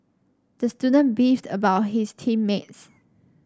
the student beefed about his team mates